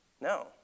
No